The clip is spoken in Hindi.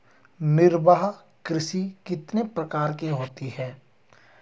निर्वाह कृषि कितने प्रकार की होती हैं?